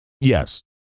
Yes